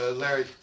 Larry